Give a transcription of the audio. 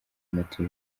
moto